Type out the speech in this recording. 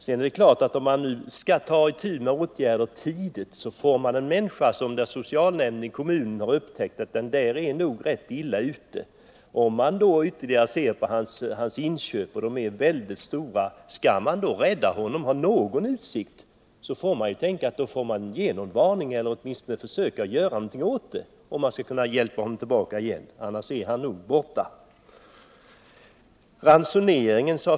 Det gäller ju att vidta åtgärder på ett tidigt stadium. Om t.ex. en socialnämnd i en kommun har upptäckt att en viss människa är rätt illa ute och man dessutom ser att hans inköp är väldigt stora — skall man då ha någon utsikt att rädda honom och hjälpa honom tillbaka får man ge någon varning eller försöka göra något annat, annars är han nog borta.